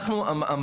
האכיפה.